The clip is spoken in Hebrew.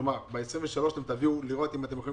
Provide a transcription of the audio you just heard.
כלומר ב-23 תוכלו לראות אם אתם יכולים